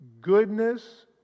goodness